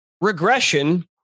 Regression